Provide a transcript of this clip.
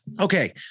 Okay